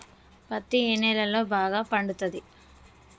పత్తి ఏ నేలల్లో బాగా పండుతది?